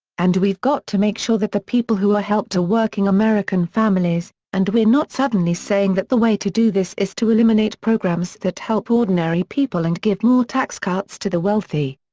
and we've got to make sure that the people who are helped are working american families, and we're not suddenly saying that the way to do this is to eliminate programs that help ordinary people and give more tax cuts to the wealthy.